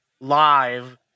Live